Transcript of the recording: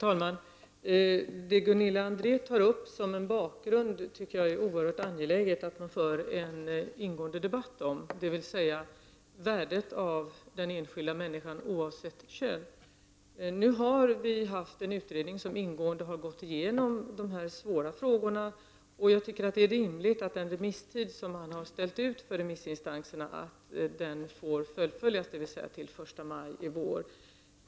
Herr talman! Jag tycker att det är angeläget att man för en ingående debatt om det som Gunilla André tar upp som en bakgrund, dvs. den enskilda människans värde oavsett kön. Nu har vi haft en utredning som ingående har gått igenom de här svåra frågorna, och jag tycker att det är rimligt att den remisstid som man har ställt ut för remissinstanserna, dvs. fram till den 1 maj i år, får gälla.